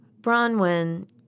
Bronwyn